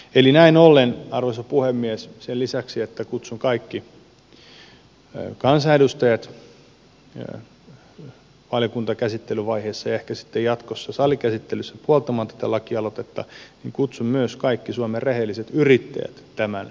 eli näin ollen arvoisa puhemies sen lisäksi että kutsun kaikki kansanedustajat valiokuntakäsittelyvaiheessa ja ehkä sitten jatkossa salikäsittelyssä puoltamaan tätä lakialoitetta niin kutsun myös kaikki suomen rehelliset yrittäjät tämän lakialoitteen taakse